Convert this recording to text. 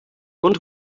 und